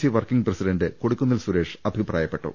C working president Kodikunnil Suresh അഭിപ്രായപ്പെ ട്ടു